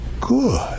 good